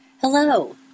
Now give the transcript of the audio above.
Hello